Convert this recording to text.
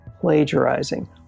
plagiarizing